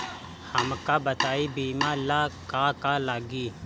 हमका बताई बीमा ला का का लागी?